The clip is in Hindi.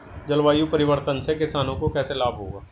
जलवायु परिवर्तन से किसानों को कैसे लाभ होगा?